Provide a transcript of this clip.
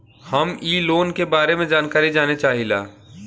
हम इ लोन के बारे मे जानकारी जाने चाहीला?